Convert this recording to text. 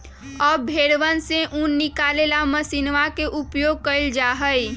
अब भेंड़वन से ऊन निकाले ला मशीनवा के उपयोग कइल जाहई